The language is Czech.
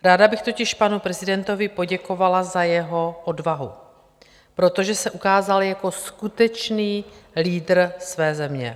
Ráda bych totiž panu prezidentovi poděkovala za jeho odvahu, protože se ukázal jako skutečný lídr své země.